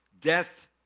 death